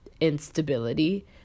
instability